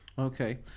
okay